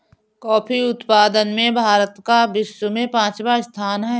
coffee उत्पादन में भारत का विश्व में पांचवा स्थान है